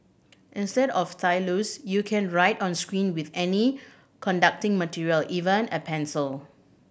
instead of stylus you can write on screen with any conducting material even a pencil